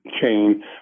chain